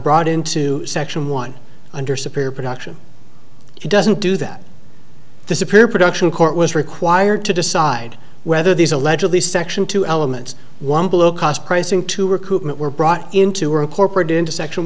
brought into section one under superior production doesn't do that disappear production court was required to decide whether these allegedly section two elements one below cost pricing two recoupment were brought into or corporate into section